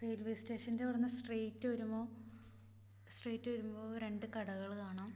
railway സ്റ്റേഷൻ്റവിടുന്ന് straight വരുമ്പോള് straight വരുമ്പോള് രണ്ട് കടകള് കാണാം